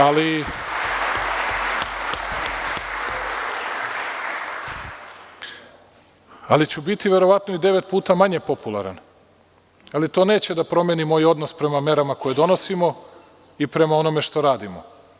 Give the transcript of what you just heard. Ali, biću verovatno devet puta manje popularan, ali to neće da promeni moj odnos prema merama koje donosimo i prema onome što radimo.